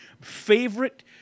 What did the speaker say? favorite